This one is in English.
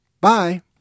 Bye